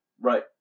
Right